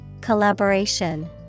Collaboration